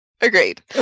Agreed